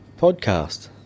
podcast